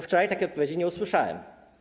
Wczoraj takiej odpowiedzi nie usłyszałem.